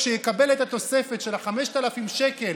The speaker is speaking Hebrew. כשיקבל את התוספת של ה-5,000 שקל